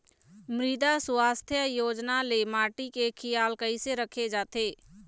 मृदा सुवास्थ योजना ले माटी के खियाल कइसे राखे जाथे?